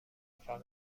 فقط